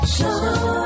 Show